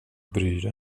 bryr